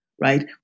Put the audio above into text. right